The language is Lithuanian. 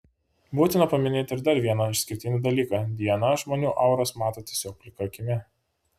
būtina paminėti ir dar vieną išskirtinį dalyką diana žmonių auras mato tiesiog plika akimi